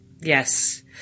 Yes